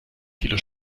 kilo